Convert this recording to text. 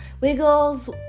Wiggles